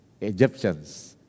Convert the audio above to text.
Egyptians